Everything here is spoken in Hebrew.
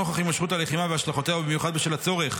נוכח הימשכות המלחמה והשלכותיה ובמיוחד בשל הצורך